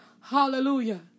Hallelujah